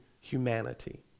humanity